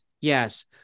yes